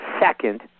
second